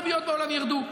הריביות בעולם ירדו.